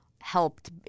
helped